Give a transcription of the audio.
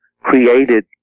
Created